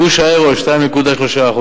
גוש היורו, 2.3%,